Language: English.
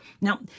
Now